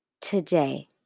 today